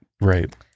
right